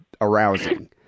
arousing